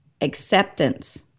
acceptance